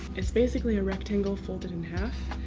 it's basically a rectangle folded in half,